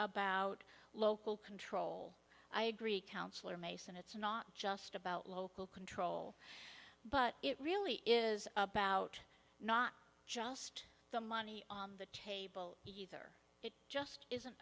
about local control i agree councillor mason it's not just about local control but it really is about not just the money on the table either it just isn't